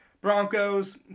Broncos